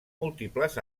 múltiples